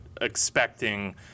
expecting